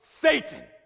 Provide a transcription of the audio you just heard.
Satan